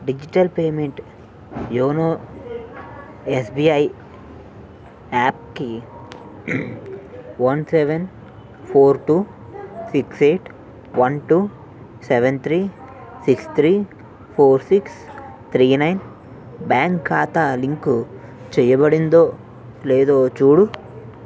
digital payment YONO SBI యాప్కి one seven four two six eight one two seven three six three four six three nine bank ఖాతా లింకు చేయబడిందో లేదో చూడుము